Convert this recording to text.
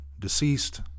Deceased